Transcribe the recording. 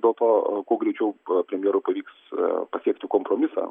dėl to kuo greičiau premjerui pavyks pasiekti kompromisą